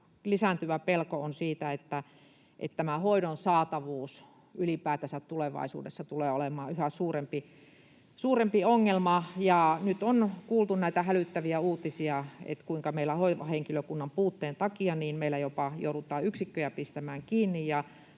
lisääntyvä pelko on siitä, että tämä hoidon saatavuus ylipäätänsä tulevaisuudessa tulee olemaan yhä suurempi ongelma. Ja nyt on kuultu näitä hälyttäviä uutisia, kuinka meillä hoivahenkilökunnan puutteen takia jopa joudutaan yksikköjä pistämään kiinni.